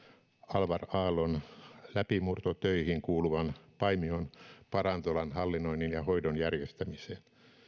alvar aallon läpimurtotöihin kuuluvan paimion parantolan hallinnoinnin ja hoidon järjestämiseen